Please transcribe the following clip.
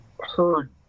heard